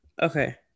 Okay